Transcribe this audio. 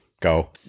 Go